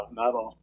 metal